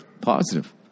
Positive